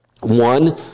One